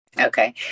Okay